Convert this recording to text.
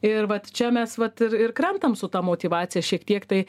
ir vat čia mes vat ir ir krentam su ta motyvacija šiek tiek tai